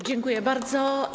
Dziękuję bardzo.